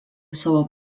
savo